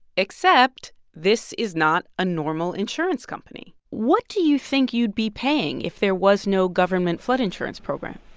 except this is not a normal insurance company what do you think you'd be paying if there was no government flood insurance program?